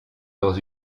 dans